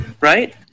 right